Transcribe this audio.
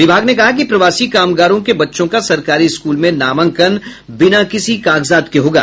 विभाग ने कहा कि प्रवासी कामगारों के बच्चों का सरकारी स्कूल में नामांकन बिना किसी कागजात के होगा